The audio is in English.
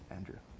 Andrew